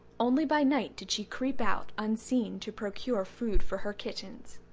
only by night did she creep out unseen to procure food for her kittens.